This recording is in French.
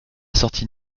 sorti